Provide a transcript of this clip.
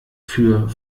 für